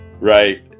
Right